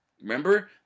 Remember